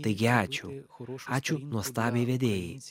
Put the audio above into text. taigi ačiū ačiū nuostabiai vedėjai